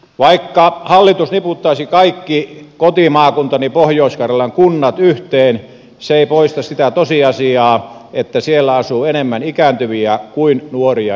vaikka hallitus niputtaisi kaikki kotimaakuntani pohjois karjalan kunnat yhteen se ei poista sitä tosiasiaa että siellä asuu enemmän ikääntyviä kuin nuoria ihmisiä